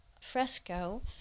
fresco